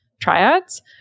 triads